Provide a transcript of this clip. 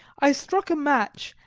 i struck a match,